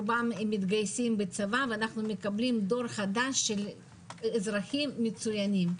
רובם מתגייסים לצבא ומקבלים דור חדש של אזרחים מצוינים.